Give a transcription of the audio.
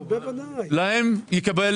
זה ברור.